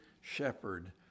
shepherd